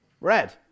red